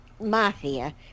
mafia